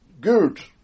good